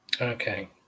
Okay